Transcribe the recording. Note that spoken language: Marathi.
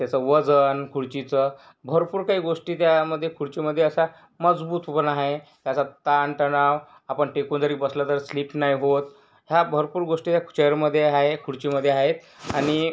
त्याचं वजन खुर्चीचं भरपूर काही गोष्टी त्यामध्ये खुर्चीमध्ये असा मजबूतपणा आहे त्याचा ताणतणाव आपण टेपवर जरी बसलं तर स्लिप नाही होत ह्या भरपूर गोष्टी या चेअरमध्ये आहे खुर्चीमध्ये आहेत आणि